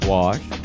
wash